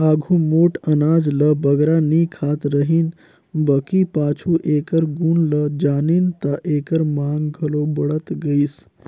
आघु मोट अनाज ल बगरा नी खात रहिन बकि पाछू एकर गुन ल जानिन ता एकर मांग घलो बढ़त गइस